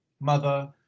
mother